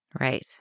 right